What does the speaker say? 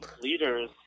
leaders